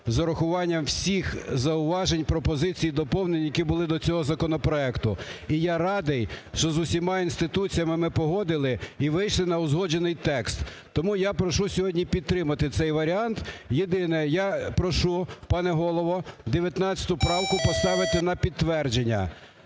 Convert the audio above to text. з урахуванням всіх зауважень, пропозицій і доповнень, які були до цього законопроекту. І я радий, що з усіма інституціями ми погодили і вийшли на узгоджений текст. Тому я прошу сьогодні підтримати цей варіант. Єдине, я прошу пане Голово, 19 правку поставити на підтвердження